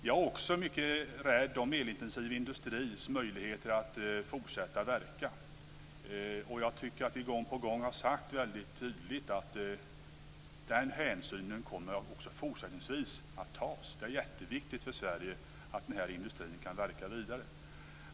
Jag är också mycket rädd om den elintensiva industrins möjligheter att fortsätta verka, och jag tycker att vi gång på gång har sagt väldigt tydligt att den hänsynen också fortsättningsvis kommer att tas. Det är jätteviktigt för Sverige att den här industrin kan fortsätta verka.